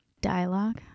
dialogue